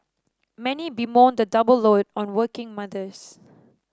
many bemoan the double load on working mothers